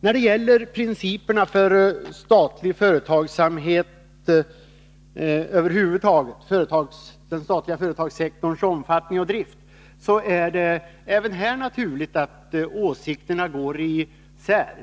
När det gäller principerna för statlig företagsamhet över huvud taget, den statliga företagssektorns omfattning och drift, är det naturligt att åsikterna går isär.